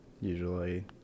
usually